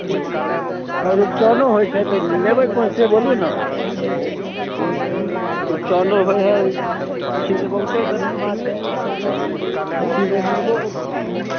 हँ रुपचनो होइ छै तऽ लेबै कोन से बोलू ने रुपचनो होइ हय से बहुते तरहके माँछ छै हय अपने पास अथीके मुर्गोके दोकान हए